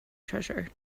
treasure